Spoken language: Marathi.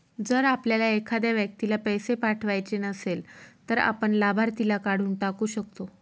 जर आपल्याला एखाद्या व्यक्तीला पैसे पाठवायचे नसेल, तर आपण लाभार्थीला काढून टाकू शकतो